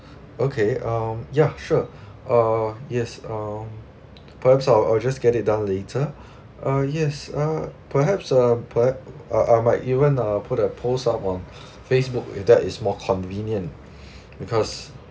okay um yeah sure uh yes um perhaps I'll I'll just get it done later uh yes uh perhaps uh perha~ uh I might even uh put a post up on Facebook if that is more convenient because